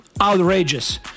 outrageous